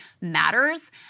matters